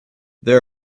there